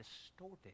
distorted